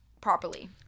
Properly